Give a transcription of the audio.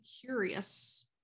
curious